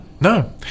No